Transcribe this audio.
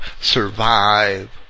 survive